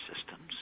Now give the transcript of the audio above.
systems